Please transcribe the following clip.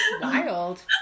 Wild